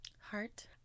heart